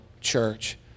church